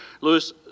Louis